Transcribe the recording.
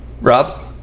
Rob